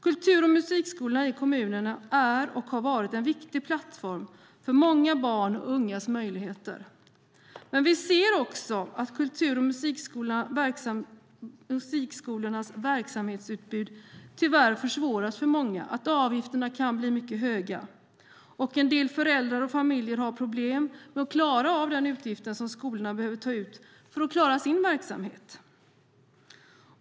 Kultur och musikskolorna i kommunerna är och har varit en viktig plattform för många barn och ungas möjligheter. Men vi ser också att kultur och musikskolornas verksamhetsutbud tyvärr försvåras för många, att avgifterna kan bli mycket höga. En del föräldrar och familjer har problem med att klara av den avgift som skolorna behöver ta ut för att klara sin verksamhet.